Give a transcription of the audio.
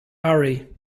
array